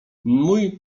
mój